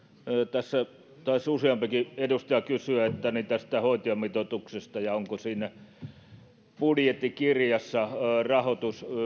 tässä taisi useampikin edustaja kysyä tästä hoitajamitoituksesta ja siitä onko budjettikirjassa rahoitus